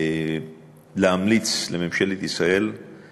להמליץ לממשלת ישראל על